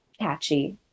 catchy